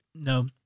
No